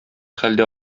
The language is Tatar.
хәлдә